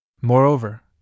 Moreover